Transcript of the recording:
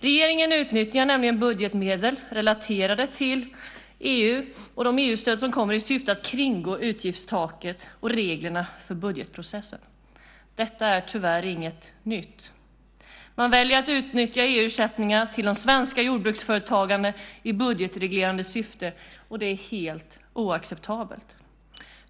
Regeringen utnyttjar nämligen budgetmedel relaterade till EU och de EU-stöd som kommer i syfte att kringgå utgiftstaket och reglerna för budgetprocessen. Detta är tyvärr inget nytt. Man väljer att utnyttja EU-ersättningar till de svenska jordbruksföretagarna i budgetreglerande syfte. Det är helt oacceptabelt.